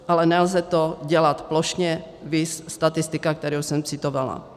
Ale nelze to dělat plošně, viz statistika, kterou jsem citovala.